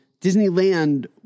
Disneyland